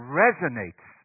resonates